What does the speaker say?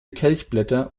kelchblätter